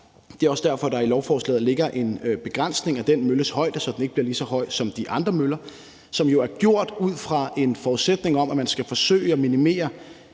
Det er også derfor, der i lovforslaget ligger en begrænsning af den mølles højde, så den ikke bliver lige så høj som de andre møller, hvilket jo er gjort ud fra en forudsætning om, at man skal forsøge at minimere